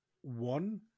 one